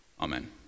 Amen